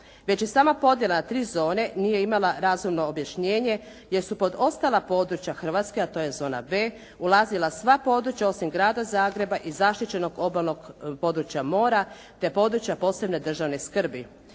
Već i sama podjela na 3 zone nije imala razumno objašnjenje jer su pod ostala područja Hrvatske, a to je zona B ulazila sva područja osim Grada Zagreba i zaštićenog obalnog područja mora te područja posebne državne skrbi.